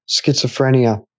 schizophrenia